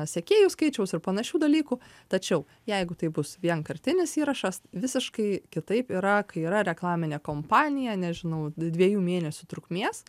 sekėjų skaičiaus ir panašių dalykų tačiau jeigu tai bus vienkartinis įrašas visiškai kitaip yra kai yra reklaminė kompanija nežinau dviejų mėnesių trukmės